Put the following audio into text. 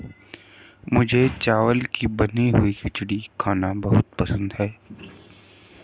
मुझे चावल की बनी हुई खिचड़ी खाना बहुत पसंद है